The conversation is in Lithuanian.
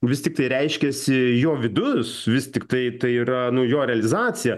vis tiktai reiškiasi jo vidus vis tiktai tai yra nu jo realizacija